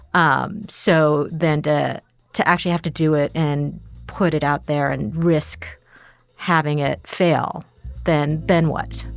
um so then to to actually have to do it and put it out there and risk having it fail then ben, what?